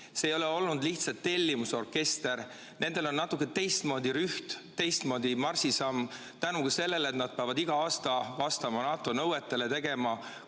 See ei ole olnud lihtsalt tellimusorkester. Neil on natuke teistmoodi rüht, teistmoodi marsisamm tänu sellele, et nad peavad igal aastal vastama NATO nõuetele, tegema